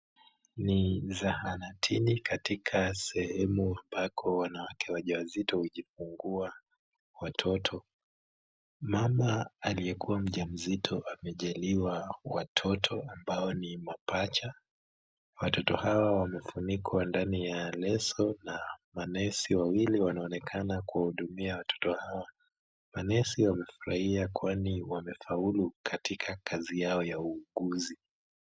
Ni zahanatini katika sehemu pako na wake wajawazito hujifungua watoto. Mama aliyekua mja mzito amejaliwa watoto ambao ni mapacha, watoto hao wamefunikwa ndani ya leso, na manesi wawili wanaonekana kuwahudumia watoto hawa, manesi wamefurahia kwani wamefaulu katika kazi yao ya uuguzi.